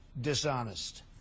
dishonest